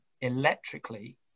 electrically